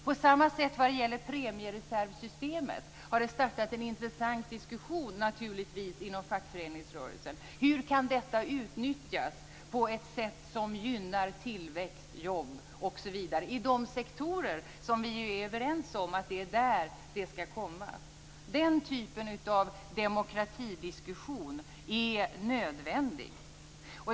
På samma sätt förhåller det sig med premiereservsystemet, som det naturligtvis har startat en intressant diskussion om inom fackföreningsrörelsen. Hur kan detta utnyttjas på ett sätt som gynnar tillväxt, jobb, osv. i de sektorer som vi är överens om är de där det skall komma? Den typen av demokratidiskussion är nödvändig.